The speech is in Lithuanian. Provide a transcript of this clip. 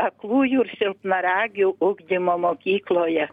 aklųjų ir silpnaregių ugdymo mokykloje